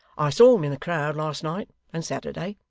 i saw him in the crowd last night and saturday